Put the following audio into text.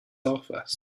office